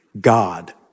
God